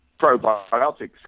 probiotics